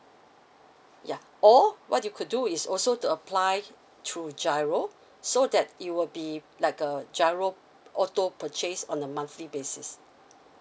yeah or what you could do is also to apply through giro so that it will be like a giro auto purchase on a monthly basis